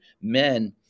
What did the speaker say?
men